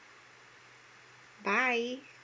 bye